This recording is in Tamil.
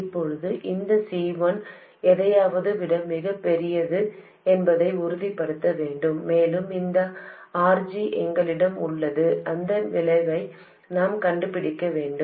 இப்போது இந்த C1 எதையாவது விட மிகப் பெரியது என்பதை உறுதிப்படுத்த வேண்டும் மேலும் இந்த RG எங்களிடம் உள்ளது அதன் விளைவை நாம் கண்டுபிடிக்க வேண்டும்